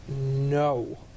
No